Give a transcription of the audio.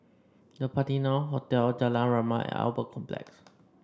The Patina Hotel Jalan Rahmat and Albert Complex